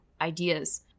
ideas